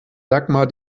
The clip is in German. dagmar